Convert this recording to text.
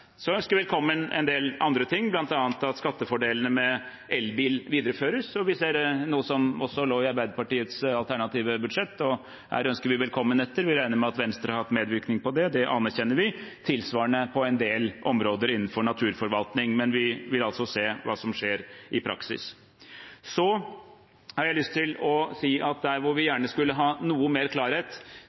Så ønsker vi velkommen en del andre ting, bl.a. at skattefordelene med elbil videreføres, noe vi ser også lå i Arbeiderpartiets alternative statsbudsjett. Her ønsker vi velkommen etter; vi regner med at Venstre har hatt medvirkning til det, og det anerkjenner vi – tilsvarende på en del områder innenfor naturforvaltning. Men vi vil se hva som skjer i praksis. Jeg har også lyst til å si at det vi gjerne skulle ha hatt noe mer klarhet